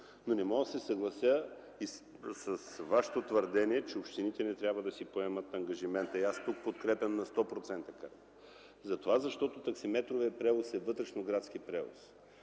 Но не мога да се съглася и с Вашето твърдение, че общините не трябва да приемат ангажимента си. Аз тук подкрепям на 100% предложението. Таксиметровият превоз е вътрешноградски превоз